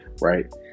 right